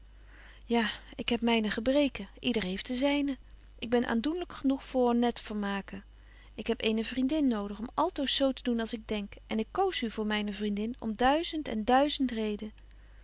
ja ik heb myne gebreken yder heeft de zynen ik ben aandoenlyk genoeg voor honnette vermaken ik heb eene vriendin nodig om altoos z te doen als ik denk en ik koos u voor myne vriendin om duizend en duizend